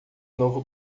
novo